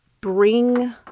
bring